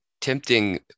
tempting